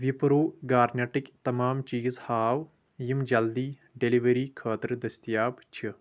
وِپرو گارنٮ۪ٹٕکۍ تمام چیٖز ہاو یِم جلدی ڈیلیوری خٲطرٕ دٔستیاب چھِ